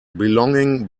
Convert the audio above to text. belonging